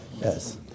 Yes